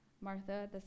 Martha